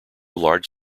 large